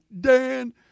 Dan